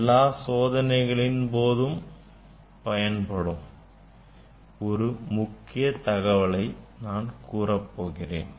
எல்லா சோதனைகளின் போதும் பயன்படும் ஒரு முக்கிய தகவலை கூறப்போகிறேன்